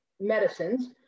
medicines